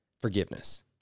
forgiveness